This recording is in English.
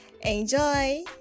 Enjoy